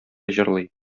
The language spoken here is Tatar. җырлый